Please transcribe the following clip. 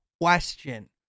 question